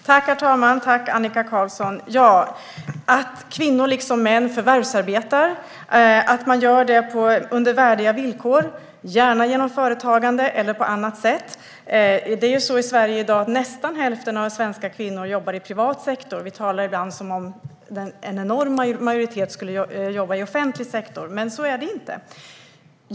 Herr talman! Tack för frågan, Annika Qarlsson! Att kvinnor liksom män förvärvsarbetar och gör det under värdiga villkor, gärna genom företagande eller på annat sätt, är bra. Nästan hälften av kvinnorna i Sverige jobbar i privat sektor. Vi talar ibland om detta som om en enorm majoritet skulle jobba i offentlig sektor, men så är det inte.